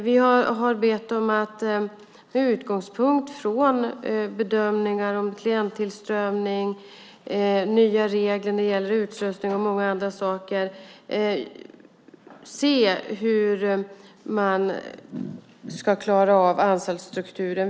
Vi har bett om att med utgångspunkt i bedömningar om klienttillströmning, nya regler för utslussning och många andra saker se hur man ska klara av anstaltsstrukturen.